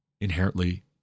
inherently